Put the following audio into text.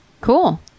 cool